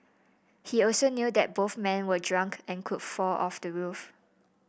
he also knew that both men were drunk and could fall off the roof